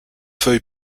feuille